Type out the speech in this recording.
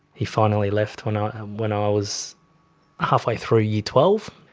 he finally left when ah when i was halfway through year twelve,